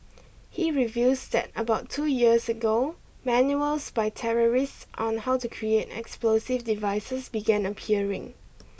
he reveals that about two years ago manuals by terrorists on how to create explosive devices began appearing